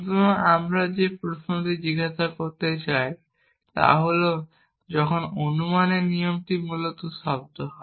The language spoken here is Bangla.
সুতরাং আমরা যে প্রশ্নটি জিজ্ঞাসা করতে চাই তা হল যখন অনুমানের নিয়মটি মূলত শব্দ হয়